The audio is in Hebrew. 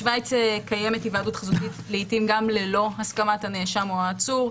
בשוויץ קיימת היוועדות חזותית לעיתים גם ללא הסכמת הנאשם או העצור,